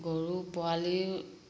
গৰু পোৱালিও